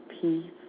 peace